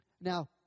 Now